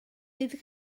bydd